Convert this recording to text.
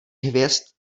hvězd